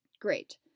Great